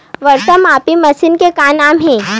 वर्षा मापी मशीन के का नाम हे?